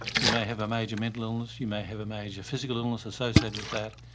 you may have a major mental illness, you may have a major physical illness associated with that.